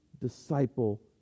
disciple